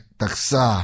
taksa